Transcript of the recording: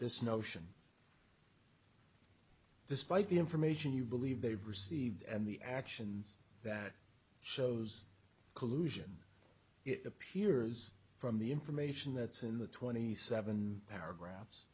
this notion despite the information you believe they received and the actions that shows collusion it appears from the information that's in the twenty seven paragraphs